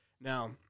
Now